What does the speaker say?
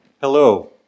hello